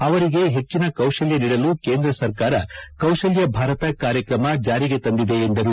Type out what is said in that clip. ಅವರಿಗೆ ಹೆಚ್ಚಿನ ಕೌಶಲ್ಯ ನೀಡಲು ಕೇಂದ್ರ ಸರ್ಕಾರ ಕೌಶಲ್ಯ ಭಾರತಿ ಕಾರ್ಯಕ್ರಮ ಜಾರಿಗೆ ತಂದಿದೆ ಎಂದರು